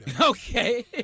Okay